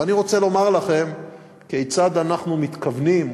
אני רוצה לומר לכם כיצד אנחנו מתכוונים,